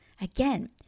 again